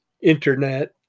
internet